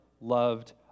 loved